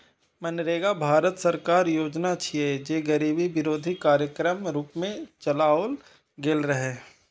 मनरेगा भारत सरकारक योजना छियै, जे गरीबी विरोधी कार्यक्रमक रूप मे चलाओल गेल रहै